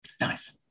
Nice